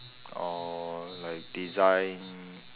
or like design